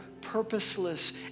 purposeless